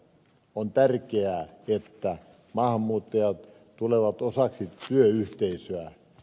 on tärkeää että maahanmuuttajat tulevat osaksi työyhteisöä